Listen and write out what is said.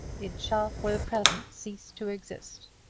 it shall for the present cease to exist.